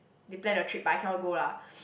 they planned the trip but I cannot go lah